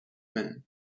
men